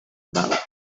about